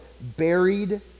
buried